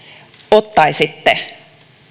ottaisitte